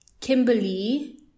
Kimberly